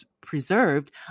preserved